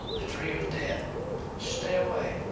the tree of death stay away!